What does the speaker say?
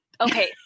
Okay